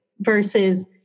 versus